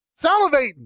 salivating